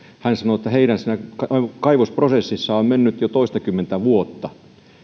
hän sanoi että heidän kaivosprosessissaan on mennyt jo toistakymmentä vuotta